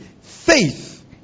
Faith